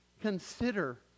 consider